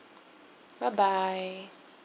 bye bye